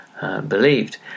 believed